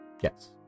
Yes